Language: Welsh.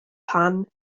pan